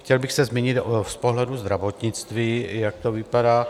Chtěl bych se zmínit z pohledu zdravotnictví, jak to vypadá.